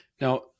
Now